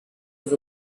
was